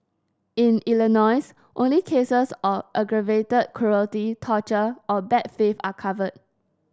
in Illinois only cases of aggravated cruelty torture or bad faith are covered